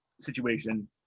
situation